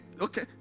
Okay